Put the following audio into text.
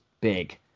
big